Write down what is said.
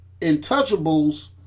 Intouchables